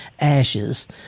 ashes